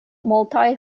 multaj